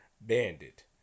Bandit